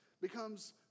becomes